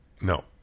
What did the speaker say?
No